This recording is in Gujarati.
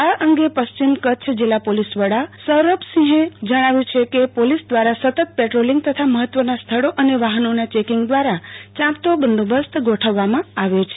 આ અંગે પશ્ચિમ કચ્છ જિલ્લા પોલીસ વડા સૌરભ સિંઘે જણાવ્યું છે કે પોલીસ દ્વારા સતત પેટ્રોલીંગ તથા મહત્વના સ્થળો અને વાહનોના ચેકીંગ દ્વારા ચાંપતો બંદોબસ્ત ગોઠવવામાં આવ્યો છે